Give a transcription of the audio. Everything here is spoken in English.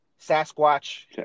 sasquatch